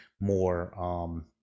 more